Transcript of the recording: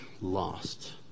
lost